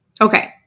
Okay